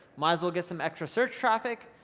might as well get some extra search traffic.